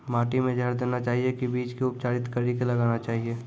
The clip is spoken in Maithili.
माटी मे जहर देना चाहिए की बीज के उपचारित कड़ी के लगाना चाहिए?